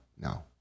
No